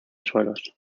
suelos